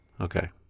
okay